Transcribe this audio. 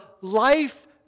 life